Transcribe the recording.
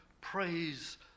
praise